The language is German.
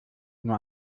nur